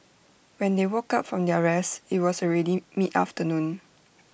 when they woke up from their rest IT was already mid afternoon